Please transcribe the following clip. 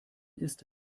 ist